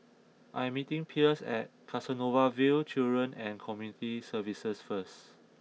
I am meeting Pierce at Canossaville Children and Community Services first